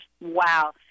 wow